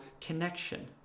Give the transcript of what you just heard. connection